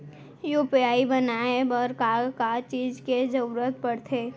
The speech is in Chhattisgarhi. यू.पी.आई बनाए बर का का चीज के जरवत पड़थे?